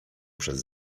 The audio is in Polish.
przez